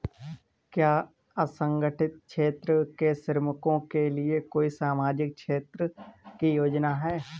क्या असंगठित क्षेत्र के श्रमिकों के लिए कोई सामाजिक क्षेत्र की योजना है?